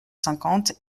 cinquante